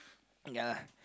ya